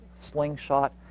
slingshot